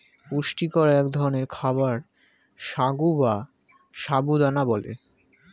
পুষ্টিকর এক ধরনের খাবার সাগু বা সাবু দানা বলে